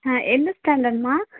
எந்த ஸ்டாண்டர்ட்ம்மா